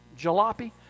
jalopy